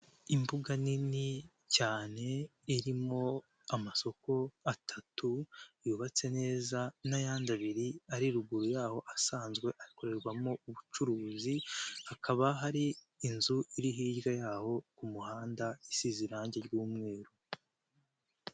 Imbuga nini cyane irimo amasoko atatu yubatse neza, n' andi abiri ari ruguru yaho asanzwe akorerwamo ubucuruzi. Hakaba hari inzu iri hirya y'aho ku muhanda isize irangi ry'umweru.